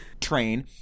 train